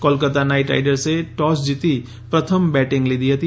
Kolkata Knight રાઇડર્સે toss જીતી પ્રથમ બેટિંગ લીધી હતી